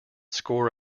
score